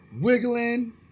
Wiggling